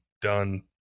done